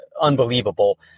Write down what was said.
unbelievable